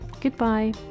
Goodbye